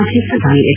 ಮಾಜಿ ಪ್ರಧಾನಿ ಎಚ್